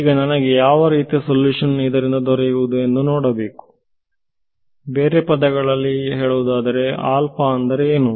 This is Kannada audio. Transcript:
ಈಗ ನನಗೆ ಯಾವ ರೀತಿಯ ಸಲ್ಯೂಷನ್ ಇದರಿಂದ ದೊರೆಯುವುದು ಎಂದು ನೋಡಬೇಕು ಬೇರೆ ಪದಗಳಲ್ಲಿ ಏನು